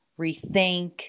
rethink